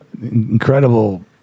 incredible